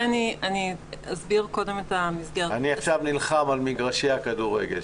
אני עכשיו נלחם על מגרשי הכדורגל,